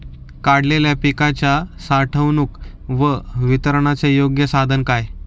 काढलेल्या पिकाच्या साठवणूक व वितरणाचे योग्य साधन काय?